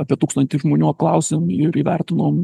apie tūkstantį žmonių apklausėm ir įvertinom